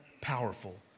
powerful